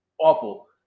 awful